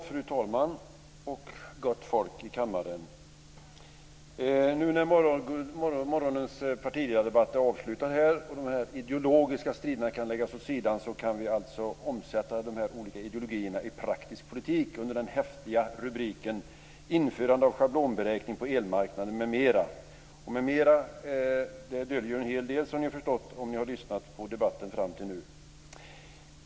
Fru talman! Gott folk i kammaren! Nu när morgonens partiledardebatt är avslutad och de ideologiska striderna kan läggas åt sidan kan vi alltså omsätta de olika ideologierna i praktisk politik under den häftiga rubriken "Införande av schablonberäkning på elmarknaden, m.m." Förkortningen "m.m." döljer en hel del, som ni har förstått om ni har lyssnat på debatten fram till nu.